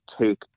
take